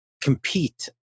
compete